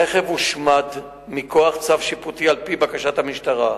הרכב הושמד מכוח צו שיפוטי על-פי בקשת המשטרה.